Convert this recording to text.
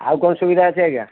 ଆଉ କ'ଣ ସୁବିଧା ଅଛି ଆଜ୍ଞା